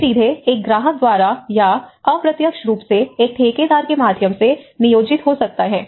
वे सीधे एक ग्राहक द्वारा या अप्रत्यक्ष रूप से एक ठेकेदार के माध्यम से नियोजित हो सकते हैं